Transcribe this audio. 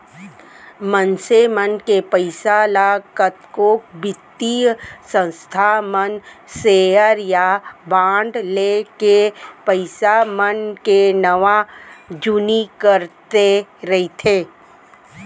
मनसे मन के पइसा ल कतको बित्तीय संस्था मन सेयर या बांड लेके पइसा मन के नवा जुन्नी करते रइथे